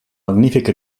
magnífic